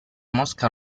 mosca